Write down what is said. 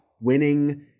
winning